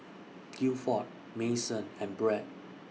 Gilford Mason and Bret